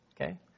Okay